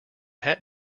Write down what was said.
hat